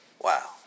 Wow